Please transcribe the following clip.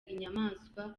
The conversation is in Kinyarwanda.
inyamaswa